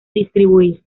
distribuir